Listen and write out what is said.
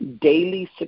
daily